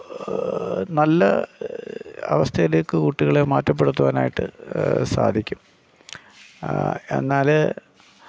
നല്ല അവസ്ഥയിലേക്ക് കുട്ടികളെ മാറ്റപ്പെടുത്തുവാനായിട്ട് സാധിക്കും എന്നാൽ